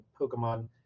Pokemon